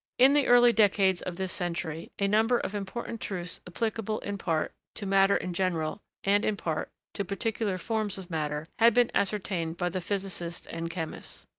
in the early decades of this century, a number of important truths applicable, in part, to matter in general, and, in part, to particular forms of matter, had been ascertained by the physicists and chemists.